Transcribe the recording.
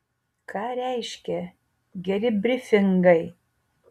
ką reiškia geri brifingai